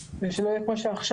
וזה לא יהיה כמו עכשיו,